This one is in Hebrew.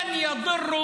הכלבים,